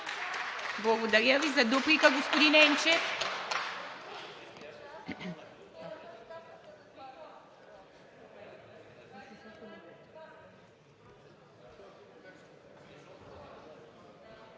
Благодаря Ви. За дуплика, господин Енчев.